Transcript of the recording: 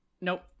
Nope